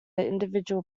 individual